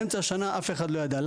באמצע שנה אף אחד לא ידע,